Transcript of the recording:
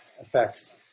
effects